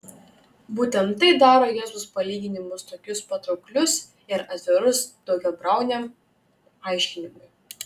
būtent tai daro jėzaus palyginimus tokius patrauklius ir atvirus daugiabriauniam aiškinimui